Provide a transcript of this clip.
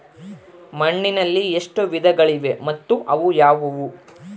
ಮಣ್ಣಿನಲ್ಲಿ ಎಷ್ಟು ವಿಧಗಳಿವೆ ಮತ್ತು ಅವು ಯಾವುವು?